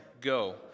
Go